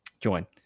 join